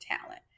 talent